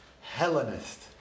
Hellenist